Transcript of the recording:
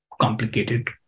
complicated